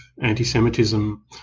anti-Semitism